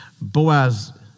Boaz